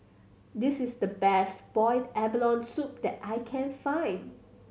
this is the best boiled abalone soup that I can find